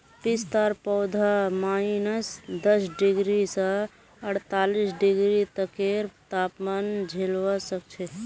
पिस्तार पौधा माइनस दस डिग्री स अड़तालीस डिग्री तकेर तापमान झेलवा सख छ